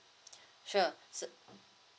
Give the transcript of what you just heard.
sure sir